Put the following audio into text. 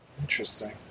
Interesting